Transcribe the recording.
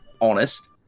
honest